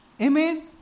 Amen